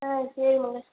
ஆ சரி மங்கை